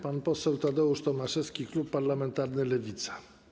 Pan poseł Tadeusz Tomaszewski, klub parlamentarny Lewica.